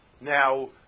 Now